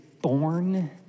born